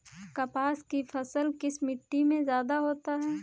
कपास की फसल किस मिट्टी में ज्यादा होता है?